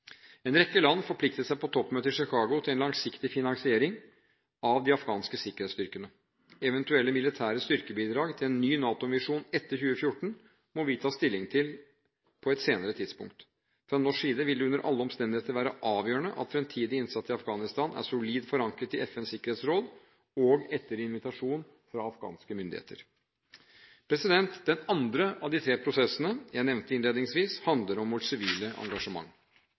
En rekke land forpliktet seg på toppmøtet i Chicago til en langsiktig finansiering av de afghanske sikkerhetsstyrkene. Eventuelle militære styrkebidrag til en ny NATO-misjon etter 2014 må vi ta stilling til på et senere tidspunkt. Fra norsk side vil det under alle omstendigheter være avgjørende at fremtidig innsats i Afghanistan er solid forankret i FNs sikkerhetsråd og etter invitasjon fra afghanske myndigheter. Den andre av de tre prosessene jeg nevnte innledningsvis, handler om vårt sivile engasjement.